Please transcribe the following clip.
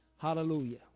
Hallelujah